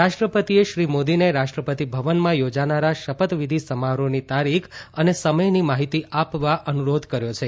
રાષ્ટ્રપતિએ શ્રી મોદીને રાષ્ટ્રપતિ ભવનમાં યોજાનારા શપથવિધિ સમારોહની તારીખ અને સમયની માહિતી આપવા અનુરોધ કર્યો છે